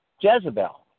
Jezebel